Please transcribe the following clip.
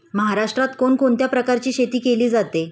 महाराष्ट्रात कोण कोणत्या प्रकारची शेती केली जाते?